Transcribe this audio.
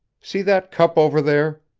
see that cup over there?